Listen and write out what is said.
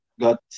got